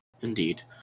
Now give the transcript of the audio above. Indeed